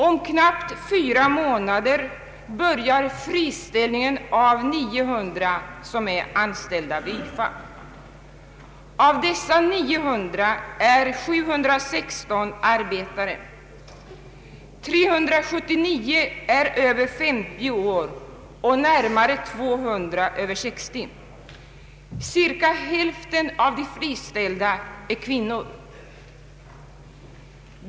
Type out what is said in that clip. Om knappt fyra månader börjar friställningen av 900 som är anställda vid YFA. Av dessa 900 är 716 arbetare. Av de anställda är 379 över 50 år och närmare 200 över 60 år. Ungefär hälften av de friställda är kvinnor.